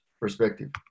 perspective